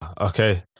Okay